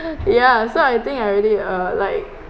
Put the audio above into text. ya so I think I already uh like